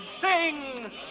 sing